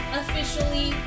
officially